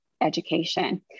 education